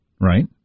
right